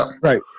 Right